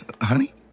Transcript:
Honey